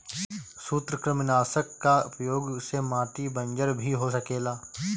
सूत्रकृमिनाशक कअ उपयोग से माटी बंजर भी हो सकेला